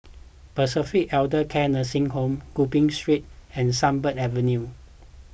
Pacific Elder Care Nursing Home Gopeng Street and Sunbird Avenue